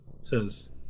says